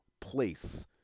place